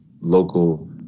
local